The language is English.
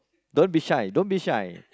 don't be shy don't be shy